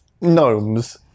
gnomes